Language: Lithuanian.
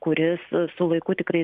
kuris su laiku tikrai